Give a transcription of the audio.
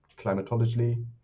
climatologically